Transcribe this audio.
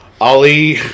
Ali